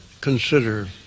consider